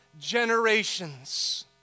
generations